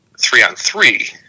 three-on-three